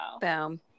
Boom